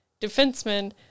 defenseman